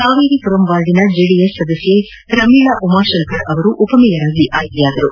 ಕಾವೇರಿಪುರಂ ವಾರ್ಡಿನ ಜೆಡಿಎಸ್ ಸದಸ್ಯೆ ರಮೀಳಾ ಉಮಾಶಂಕರ್ ಉಪಮೇಯರ್ ಆಗಿ ಆಯ್ಕೆಯಾಗಿದ್ದಾರೆ